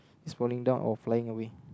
is falling down or flying away